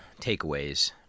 takeaways